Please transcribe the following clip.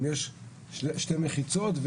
אם יש שתי מחיצות,